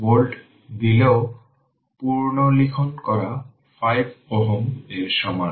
তাহলে current i 2030 90 হবে